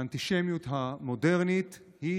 האנטישמיות המודרנית היא